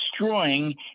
destroying